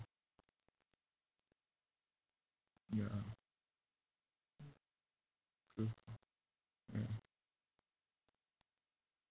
ya true ya